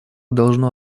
должно